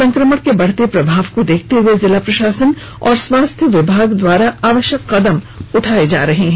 संक्रमण के बढ़ते प्रभाव को देखते हुए जिला प्रशासन एवं स्वास्थ्य विभाग के द्वारा आवश्यक कदम उठाए जा रहे हैं